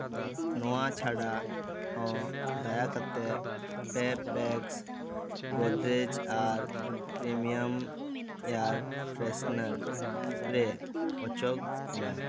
ᱱᱚᱣᱟ ᱪᱷᱟᱰᱟ ᱦᱚᱸ ᱫᱟᱭᱟ ᱠᱟᱛᱮ ᱯᱮ ᱯᱮᱠᱥ ᱜᱳᱫᱽᱨᱮᱡᱽ ᱟᱨ ᱯᱨᱤᱭᱟᱢ ᱮᱭᱟᱨ ᱯᱷᱨᱮᱥᱚᱱᱟᱞ ᱥᱯᱨᱮ ᱚᱪᱚᱜᱽ ᱢᱮ